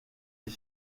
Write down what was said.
iye